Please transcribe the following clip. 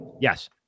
Yes